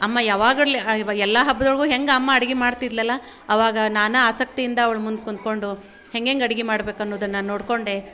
ಅಮ್ಮ ಯಾವಾಗ ಇರಲಿ ಈವಾಗ ಎಲ್ಲ ಹಬ್ಬದೊಳಗೂ ಹೆಂಗೆ ಅಮ್ಮ ಅಡ್ಗೆ ಮಾಡ್ತಿದ್ಲಲ್ಲ ಆವಾಗ ನಾನು ಆಸಕ್ತಿಯಿಂದ ಅವ್ಳ ಮುಂದೆ ಕೂತ್ಕೊಂಡು ಹೆಂಗೆಂಗೆ ಅಡ್ಗೆ ಮಾಡ್ಬೇಕು ಅನ್ನೋದನ್ನು ನೋಡಿಕೊಂಡೆ